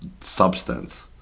substance